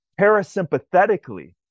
parasympathetically